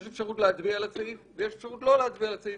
יש אפשרות להצביע על הסעיף ויש אפשרות לא להצביע על הסעיף,